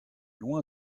loin